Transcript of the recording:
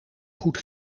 goed